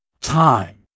Time